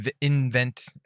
invent